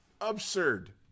Absurd